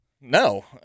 No